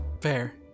fair